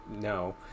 no